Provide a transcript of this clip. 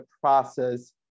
process